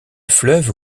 fleuve